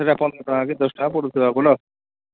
ସେଇଟା ପାଁଚ୍ ଟଙ୍ଗା କି ଦଶ୍ ଟଙ୍ଗା ପଡ଼ୁଥିବା ବୋଲ